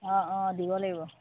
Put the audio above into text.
অঁ অঁ দিব লাগিব